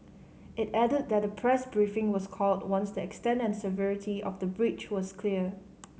it added that a press briefing was called once the extent and severity of the breach was clear